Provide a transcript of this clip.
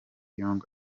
yong